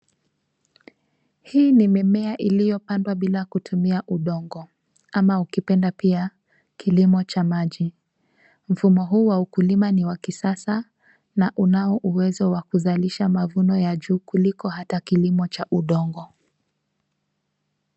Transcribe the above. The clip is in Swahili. Hii ni mimea iliyopandwa bila kutumia udongo ama ukipenda pia kilimo cha maji. Mfumo huu wa ukulima ni wa kisasa, na unao uwezo wa kuzalisha mavuno ya juu kuliko hata kilimo cha udongo.